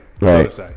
Right